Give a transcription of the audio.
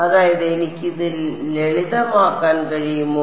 അതായത് എനിക്ക് ഇത് ലളിതമാക്കാൻ കഴിയുമോ